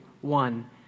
one